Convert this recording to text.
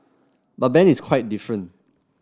but Ben is quite different